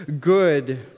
good